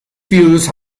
views